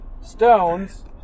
Stones